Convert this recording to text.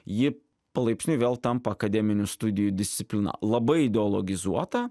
ji palaipsniui vėl tampa akademinių studijų disciplina labai ideologizuota